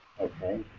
Okay